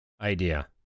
idea